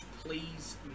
please